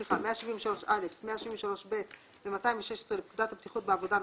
173א, 173ב ו-216 לפקודת הבטיחות בעבודה ,